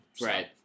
right